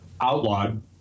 outlawed